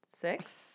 six